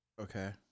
Okay